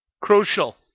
crucial